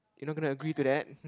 you not gonna agree to that